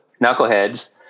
knuckleheads